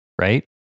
right